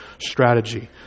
strategy